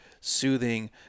soothing